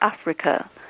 Africa